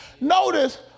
Notice